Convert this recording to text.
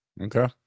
Okay